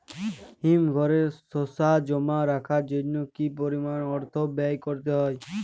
হিমঘরে শসা জমা রাখার জন্য কি পরিমাণ অর্থ ব্যয় করতে হয়?